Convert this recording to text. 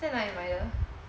在哪里买的